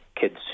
kids